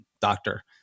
doctor